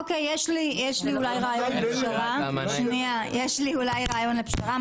אולי יש לי רעיון לפשרה.